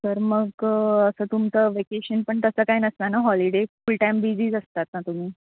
तर मग असं तुमचं वेकेशन पण तसं काय नसणार ना हॉलिडे फुलटाईम बिझीच असतात ना तुम्ही